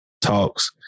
talks